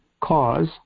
cause